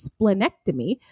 splenectomy